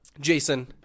Jason